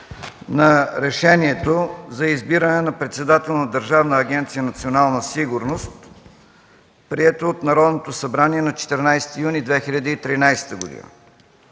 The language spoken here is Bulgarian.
на Решението за избиране на председател на Държавна агенция „Национална сигурност”, прието от Народното събрание на 14 юни 2013 г.